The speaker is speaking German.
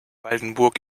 waldenburg